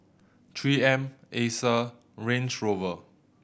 Three M Acer Range Rover